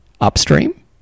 upstream